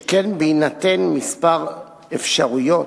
שכן בהינתן כמה אפשרויות,